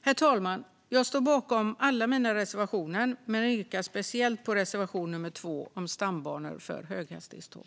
Herr talman! Jag står bakom alla våra reservationer men yrkar bifall endast till reservation nr 2 om stambanor för höghastighetståg.